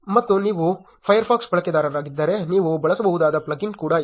ಮತ್ತು ನೀವು ಫೈರ್ಫಾಕ್ಸ್ ಬಳಕೆದಾರರಾಗಿದ್ದರೆ ನೀವು ಬಳಸಬಹುದಾದ ಪ್ಲಗಿನ್ ಕೂಡ ಇಲ್ಲಿದೆ